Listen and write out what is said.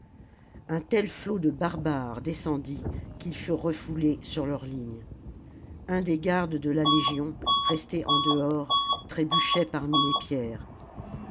un tel flot de barbares descendit qu'ils furent refoulés sur leurs lignes un des gardes de la légion resté en dehors trébuchait parmi les pierres